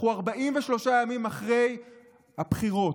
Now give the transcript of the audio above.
אנחנו 43 ימים אחרי הבחירות,